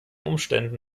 umständen